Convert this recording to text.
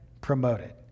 Promoted